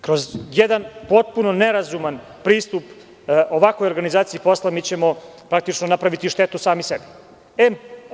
Kroz jedan potpuno neracionalan pristup ovakvoj organizaciji posla, mi ćemo faktički napraviti štetu sami sebi.